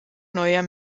neuer